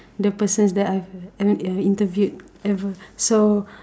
the persons that I've I mean uh interviewed ever so